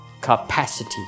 Capacity